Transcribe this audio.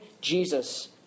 Jesus